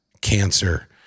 cancer